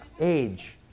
Age